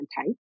type